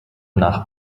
nach